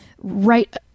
right